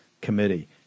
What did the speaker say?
committee